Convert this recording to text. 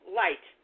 light